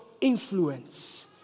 influence